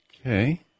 Okay